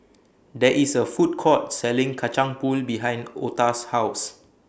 There IS A Food Court Selling Kacang Pool behind Ota's House